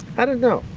i don't know.